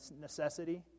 necessity